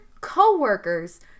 coworkers